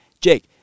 Jake